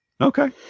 Okay